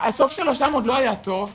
הסוף שלו שם עוד לא היה טוב.